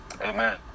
Amen